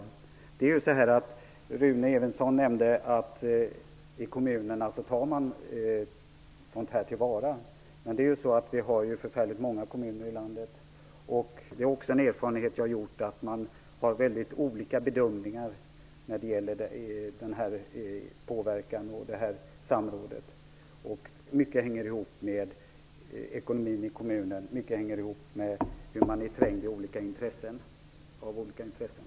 Rune Evensson nämnde att man i kommunerna tar sådant här till vara. Men vi har förfärligt många kommuner i landet. En erfarenhet jag har gjort är att man gör väldigt olika bedömningar när det gäller påverkan och samrådet. Mycket hänger ihop med ekonomin i kommunen och hur trängd man är av olika intressen.